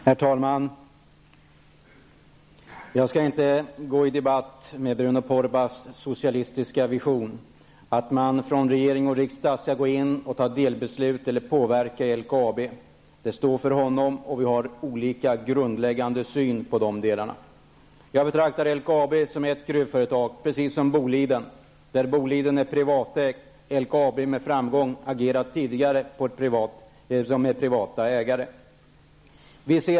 Herr talman! Jag skall inte gå i debatt om Bruno Poromaas socialistiska vision om att regering och riksdag skall gå in och fatta delbeslut eller påverka LKAB. Det får stå för honom, och vi har olika grundläggande syn på de delarna. Jag betraktar LKAB som ett gruvföretag, precis som Boliden -- som är privatägt. LKAB har tidigare med framgång agerat med privata ägare.